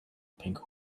pink